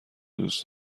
دوست